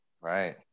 Right